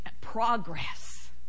progress